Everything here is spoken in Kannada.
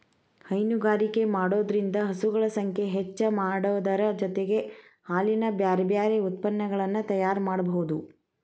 ಹೈನುಗಾರಿಕೆ ಮಾಡೋದ್ರಿಂದ ಹಸುಗಳ ಸಂಖ್ಯೆ ಹೆಚ್ಚಾಮಾಡೋದರ ಜೊತೆಗೆ ಹಾಲಿನ ಬ್ಯಾರಬ್ಯಾರೇ ಉತ್ಪನಗಳನ್ನ ತಯಾರ್ ಮಾಡ್ಬಹುದು